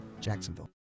Jacksonville